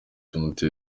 kidafite